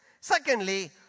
Secondly